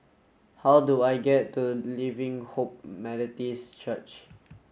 how do I get to Living Hope Methodist Church